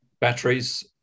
Batteries